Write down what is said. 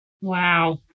Wow